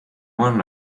one